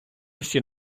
всі